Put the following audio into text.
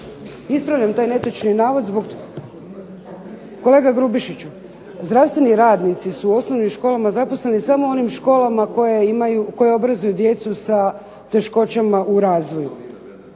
Ispravljam taj netočni navod. Kolega Grubišiću, zdravstveni radnici su u osnovnim školama zaposleni samo u onim školama koje obrazuju djecu sa teškoćama u razvoju.